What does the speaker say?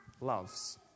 loves